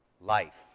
life